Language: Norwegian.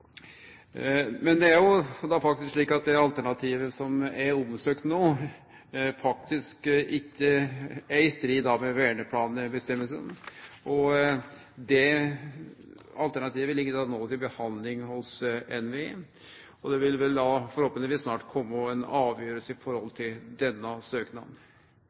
Det er faktisk slik at det alternativet som det er søkt om no, ikkje er i strid med verneplanens føresegner. Det alternativet ligg no til behandling hos NVE, og det vil vel forhåpentleg snart kome ei avgjerd om denne søknaden.